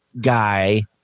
guy